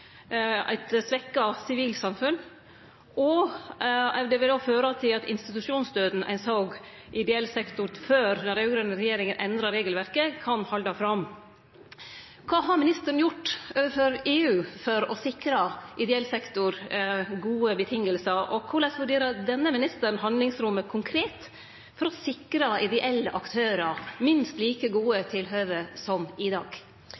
eit svekt sivilsamfunn, og at det vil føre til at institusjonsdøden ein såg i ideell sektor før den raud-grøne regjeringa endra regelverket, kan halde fram. Kva har ministeren gjort overfor EU for å sikre ideell sektor gode vilkår, og korleis vurderer denne ministeren handlingsrommet konkret for å sikre ideelle aktørar minst like gode tilhøve som i dag?